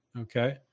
Okay